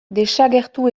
desagertu